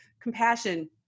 compassion